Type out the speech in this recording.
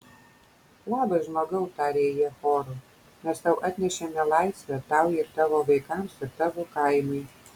labas žmogau tarė jie choru mes tau atnešėme laisvę tau ir tavo vaikams ir tavo kaimui